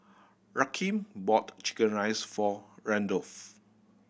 Rakeem bought chicken rice for Randolf